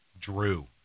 Drew